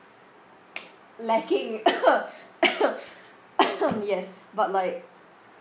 lacking yes but like